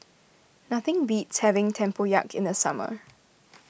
nothing beats having Tempoyak in the summer